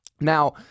Now